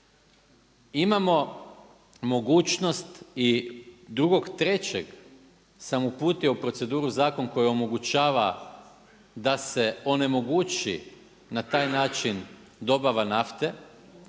Imamo mogućnost i drugog, trećeg sam uputio u proceduru zakon koji omogućava da se onemogući na taj način dobava nafte